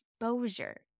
exposure